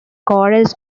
chorus